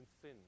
sin